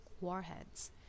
warheads